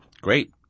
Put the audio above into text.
Great